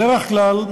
בדרך כלל,